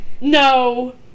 No